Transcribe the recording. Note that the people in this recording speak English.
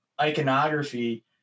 iconography